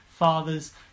fathers